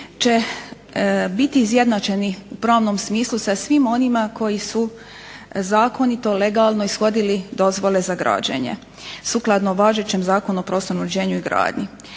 će biti izjednačeni u pravnom smislu sa svim onima koji su zakonito, legalno ishodili dozvole za građenje sukladno važećem Zakonu o prostornom uređenju i gradnji.